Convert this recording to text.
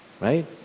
Right